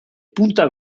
punta